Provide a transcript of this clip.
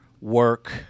work